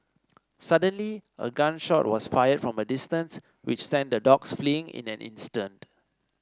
suddenly a gun shot was fired from a distance which sent the dogs fleeing in an instant